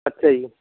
ਅੱਛਾ ਜੀ